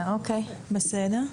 אוקיי, בסדר.